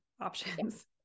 options